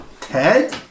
Ted